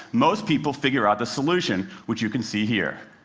most people figure out the solution, which you can see here.